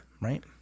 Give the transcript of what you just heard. Right